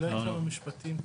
כמה משפטים,